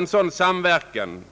En sådan samverkan